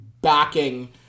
backing